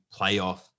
playoff